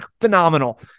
phenomenal